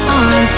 on